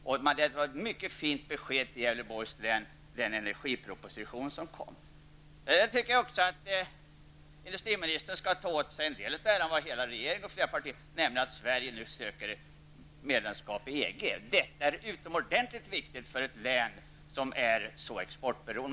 Så den energipolitiska proposition som kom häromdagen utgjorde ett mycket fint besked för Gävleborgs län. Jag tycker att industriministern skall ta åt sig en del av äran nu när Sverige skall söka medlemskap i EG. Det är utomordentligt viktigt för ett län som är så exportberoende som Gävleborg.